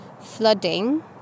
flooding